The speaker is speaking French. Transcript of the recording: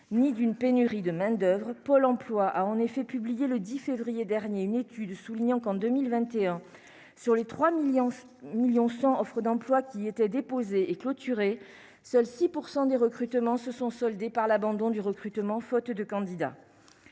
ni d'une pénurie de main d'oeuvre, Pôle emploi a en effet publié le 10 février dernier une étude soulignant qu'en 2021 sur les 3 1000000 1000000 100 offres d'emplois qui étaient déposées et clôturées, seuls 6 % des recrutements se sont soldées par l'abandon du recrutement, faute de candidats,